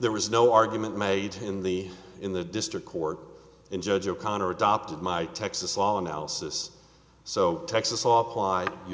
there was no argument made in the in the district court in judge o'connor adopted my texas law analysis so texas law applied you